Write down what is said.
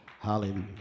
Hallelujah